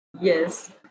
Yes